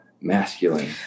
masculine